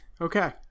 Okay